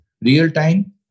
real-time